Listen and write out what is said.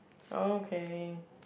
okay